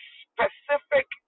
specific